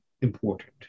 important